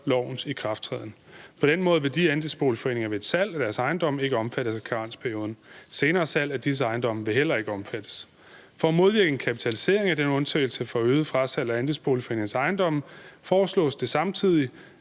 lovens ikrafttræden. På den måde vil de andelsforeninger ved et salg af deres ejendomme ikke være omfattet af karensperioden. Senere salg af disse ejendomme vil heller ikke omfattes. For at modvirke en kapitalisering af denne undtagelse for øget frasalg af andelsboligforeningernes ejendomme foreslås det samtidig